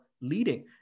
leading